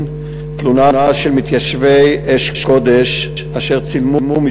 תלונה של מתיישבי אש-קודש אשר צילמו כמה